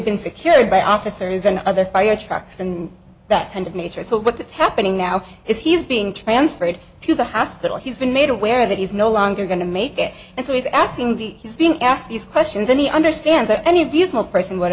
been secured by officers and other fire trucks and that kind of nature so what that's happening now is he's being transferred to the hospital he's been made aware that he's no longer going to make it and so he's asking the he's being asked these questions and he understands or any of us no person would